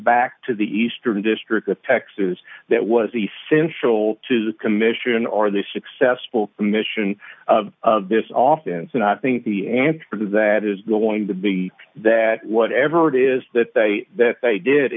back to the eastern district of texas that was essential to the commission or the successful commission of this often and i think the answer to that is going to be that whatever it is that they that they did